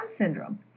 syndrome